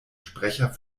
sprecher